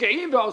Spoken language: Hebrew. משקיעים ועושים?